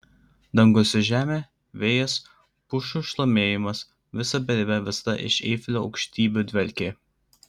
dangus ir žemė vėjas pušų šlamėjimas visa beribė visata iš eifelio aukštybių dvelkė